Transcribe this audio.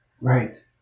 Right